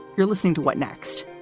you're listening to what next?